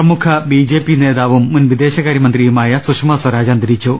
പ്രമുഖ B J P നേതാവും മുൻ വിദേശകാര്യമന്ത്രിയുമായ സുഷമ സ്വരാജ് അന്തരിച്ചു